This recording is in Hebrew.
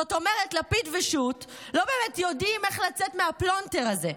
זאת אומרת לפיד ושות' לא באמת יודעים איך לצאת מהפלונטר הזה.